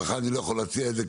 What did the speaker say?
לך אני לא יכול להציע את זה,